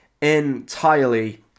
entirely